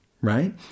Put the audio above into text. Right